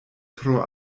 tro